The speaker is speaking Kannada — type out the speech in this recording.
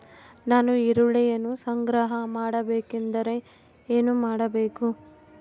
ನಾನು ಈರುಳ್ಳಿಯನ್ನು ಸಂಗ್ರಹ ಮಾಡಬೇಕೆಂದರೆ ಏನು ಮಾಡಬೇಕು?